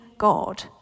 God